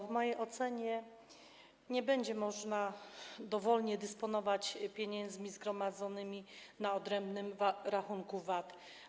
W mojej ocenie nie będzie można dowolnie dysponować pieniędzmi zgromadzonymi na odrębnym rachunku VAT.